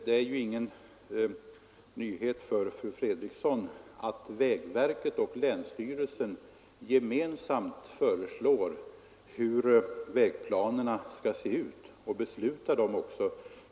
Det är ju ingen nyhet för fru Fredrikson att vägverket och länsstyrelsen gemensamt föreslår hur vägplanerna skall se ut — och också fattar beslut om dem.